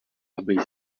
aby